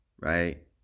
right